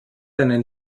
einen